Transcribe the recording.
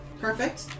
Perfect